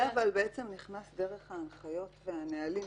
זה נכנס דרך ההנחיות והנהלים,